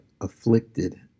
afflicted